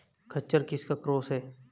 खच्चर किसका क्रास है?